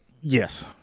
yes